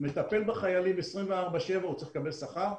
מטפל בחיילים 24/7 הוא צריך לקבל שכר,